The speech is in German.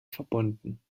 verbunden